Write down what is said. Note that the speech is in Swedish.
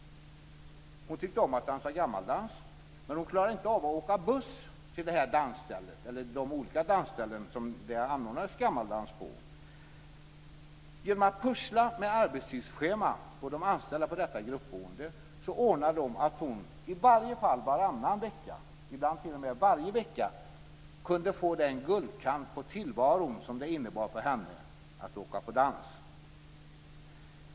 Hon tyckte om att dansa gammaldans. Men hon klarade inte av att åka buss till de olika dansställena där det anordnades gammaldans. Genom att pussla med arbetstidsschemat för de anställda vid detta gruppboende ordnade de så att hon i varje fall varannan vecka, ibland t.o.m. varje vecka, kunde få den guldkant på tillvaron som det innebar för henne att åka på dans.